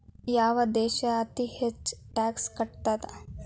ಯಾವ್ ದೇಶ್ ಅತೇ ಹೆಚ್ಗೇ ಟ್ಯಾಕ್ಸ್ ಕಟ್ತದ?